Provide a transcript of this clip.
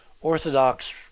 Orthodox